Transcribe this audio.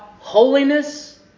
Holiness